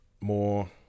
more